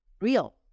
real